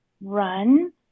run